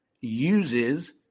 uses